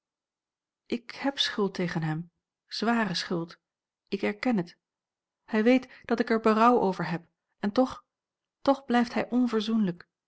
ik heb schuld tegen hem zware schuld ik erken het hij weet dat ik er berouw over heb en toch toch blijft hij